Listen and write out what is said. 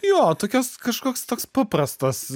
jo tokias kažkoks toks paprastas